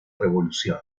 revolución